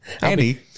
Andy